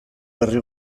berri